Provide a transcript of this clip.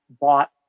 bought